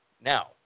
Now